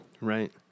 right